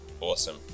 Awesome